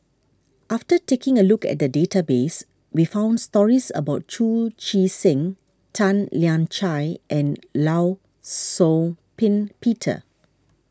after taking a look at the database we found stories about Chu Chee Seng Tan Lian Chye and Law Shau Ping Peter